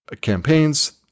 campaigns